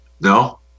No